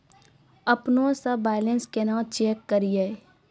अपनों से बैलेंस केना चेक करियै?